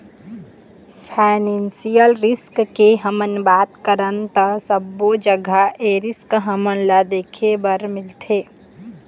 financial risk के हमन बात करन ता सब्बो जघा ए रिस्क हमन ल देखे बर मिलथे